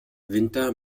winter